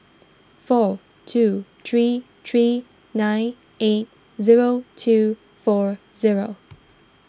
four two three three nine eight zero two four zero